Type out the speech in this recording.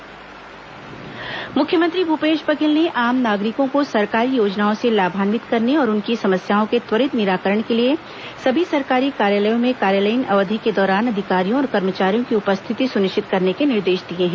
मुख्यमंत्री निर्देश मुख्यमंत्री भूपेश बघेल ने आम नागरिकों को सरकारी योजनाओं से लाभांवित करने और उनकी समस्याओं के त्वरित निराकरण के लिए सभी सरकारी कार्यालयों में कार्यालयीन अवधि के दौरान अधिकारियों और कर्मचारियों की उपस्थित सुनिश्चित करने के निर्देश दिए हैं